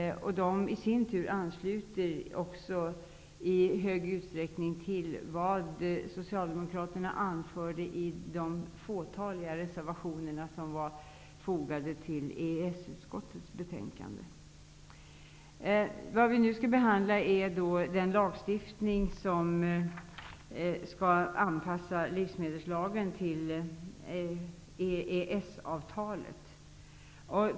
De ansluter sig i hög grad till vad Socialdemokraterna anförde i de fåtaliga reservationer som var fogade till EES-utskottets betänkande. Vi skall nu behandla den lagstiftning som skall anpassa livsmedelslagen till EES-avtalet.